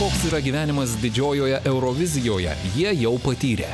koks yra gyvenimas didžiojoje eurovizijoje jie jau patyrę